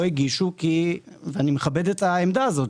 לא הגישו ואני מכבד את העמדה הזאת,